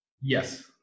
Yes